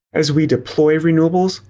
as we deploy renewables,